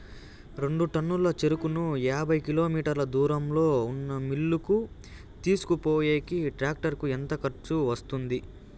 రెండు టన్నుల చెరుకును యాభై కిలోమీటర్ల దూరంలో ఉన్న మిల్లు కు తీసుకొనిపోయేకి టాక్టర్ కు ఎంత ఖర్చు వస్తుంది?